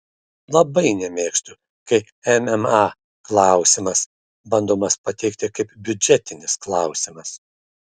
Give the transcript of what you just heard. labai nemėgstu kai mma klausimas bandomas pateikti kaip biudžetinis klausimas